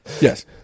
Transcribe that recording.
Yes